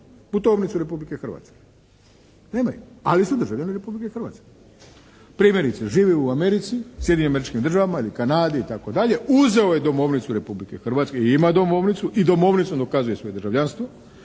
putovnicu Republike Hrvatske? Nemaju, ali su državljani Republike Hrvatske. Primjerice, živi u Americi, Sjedinjenim Američkim Državama ili Kanadi, itd., uzeo je domovnicu Republike Hrvatske i ima domovnicu i domovnicom dokazuje svoje državljanstvo